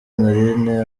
honorine